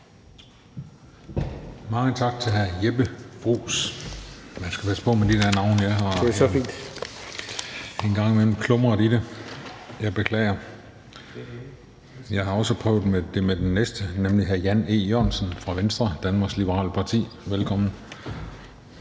Mange tak til hr. Jeppe Bruus. Man skal passe på med de der navne. (Jeppe Bruus (S): Det er så fint). Jeg har en gang imellem klumret i det. Jeg beklager. Jeg har også prøvet det med den næste, nemlig hr. Jan E. Jørgensen fra Venstre, Danmarks Liberale Parti. Velkommen.